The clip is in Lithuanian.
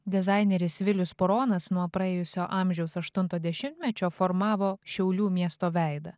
dizaineris vilius puronas nuo praėjusio amžiaus aštunto dešimtmečio formavo šiaulių miesto veidą